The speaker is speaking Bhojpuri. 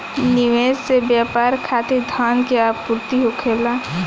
निवेश से व्यापार खातिर धन के आपूर्ति होखेला